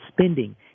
spending